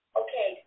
okay